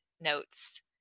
notes